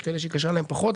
יש כאלה שהיא קשה להם פחות.